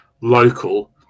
local